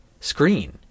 screen